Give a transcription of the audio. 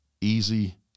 easy